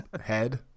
head